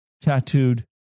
tattooed